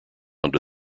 under